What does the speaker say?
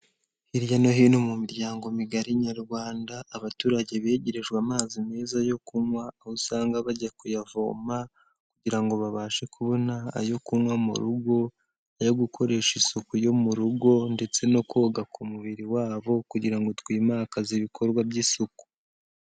Hirya no hino mu miryango migari Nyarwanda, abaturage begerejwe amazi meza yo kunywa aho usanga bajya kuyavoma kugira ngo babashe kubona ayo kunywa mu rugo, ayo gukoresha isuku yo mu rugo ndetse no koga ku mubiri wabo kugira ngo twimakaze ibikorwa by'isuku.